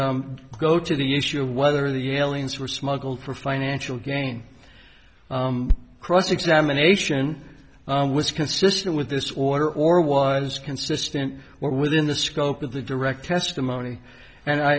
go to the issue of whether the aliens were smuggled for financial gain cross examination was consistent with this order or was consistent within the scope of the direct testimony and i